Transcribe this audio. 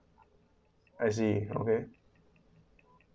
I see okay